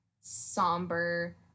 somber